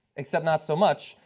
except not so much,